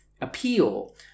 appeal